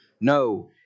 No